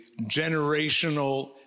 generational